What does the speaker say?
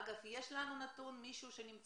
אגב, יש לנו נתון, מישהו יודע